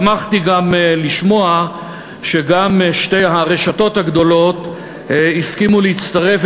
שמחתי לשמוע שגם שתי הרשתות הגדולות הסכימו להצטרף,